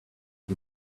she